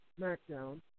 SmackDown